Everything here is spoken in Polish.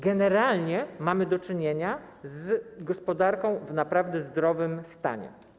Generalnie mamy do czynienia z gospodarką w naprawdę zdrowym stanie.